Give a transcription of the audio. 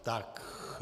Tak.